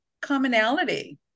commonality